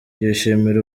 yishimira